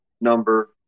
number